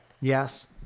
Yes